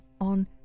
on